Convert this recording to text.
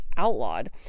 Outlawed